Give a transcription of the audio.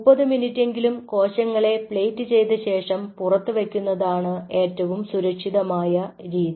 30 മിനിറ്റെങ്കിലും കോശങ്ങളെ പ്ലേറ്റ് ചെയ്തശേഷം പുറത്തു വയ്ക്കുന്നതാണ് ഏറ്റവും സുരക്ഷിതമായ രീതി